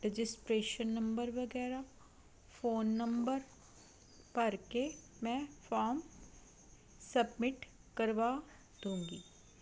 registration number ਵਗੈਰਾ phone number ਭਰ ਕੇ ਮੈਂ ਫੋਰਮ ਸਬਮਿਟ ਕਰਵਾ ਦੂੰਗੀ